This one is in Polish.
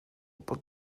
pod